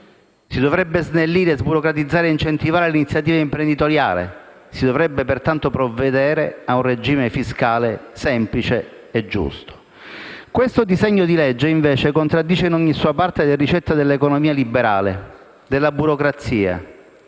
Si dovrebbe snellire, sburocratizzare e incentivare l'iniziativa imprenditoriale e si dovrebbe, pertanto, provvedere a un regime fiscale semplice e giusto. Il disegno di legge in esame contraddice invece in ogni sua parte le ricette dell'economia liberale, e fa della burocrazia